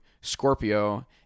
Scorpio